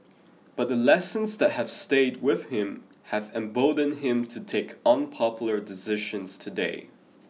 but the lessons that have stayed with him have emboldened him to take unpopular decisions today